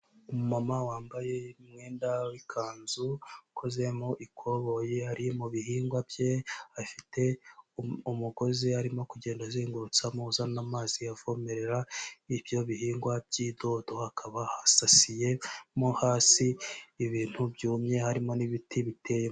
Umumama wambaye umwenda w'ikanzu, ukozemo ikoboyi, ari mu bihingwa bye, afite umugozi arimo kugenda azengurutsamo, uzana amazi avomerera ibyo bihingwa by'idodo, hakaba hasasiyemo hasi ibintu byumye, harimo n'ibiti biteyemo.